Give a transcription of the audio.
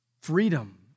Freedom